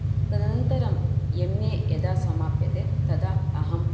तदनन्तरं M A यदा समाप्यते तदा अहं